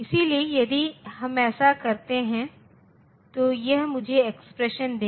इसलिए यदि हम ऐसा करते हैं तो यह मुझे एक्सप्रेशन देगा